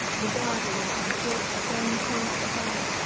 the gardens, and the great stone house above,